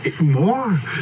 More